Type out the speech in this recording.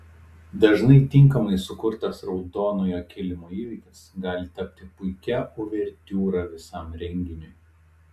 dažnai tinkamai sukurtas raudonojo kilimo įvykis gali tapti puikia uvertiūra visam renginiui